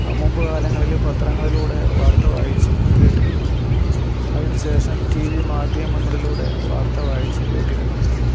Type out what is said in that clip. മുമ്പ് കാലങ്ങളില് പത്രങ്ങളിലൂടെ വാര്ത്ത വായിച്ച് കേട്ടിരുന്നു അതിന് ശേഷം ടി വി മാധ്യമങ്ങളിലൂടെ വാര്ത്ത വായിച്ചു കേട്ടിരുന്നു